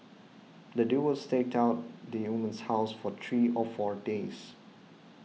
the duo was staked out the woman's house for three or four days